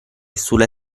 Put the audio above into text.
sulle